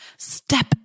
step